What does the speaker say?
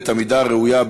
את המידה הראויה,